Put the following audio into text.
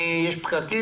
יש פקקים?